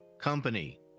company